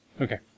Okay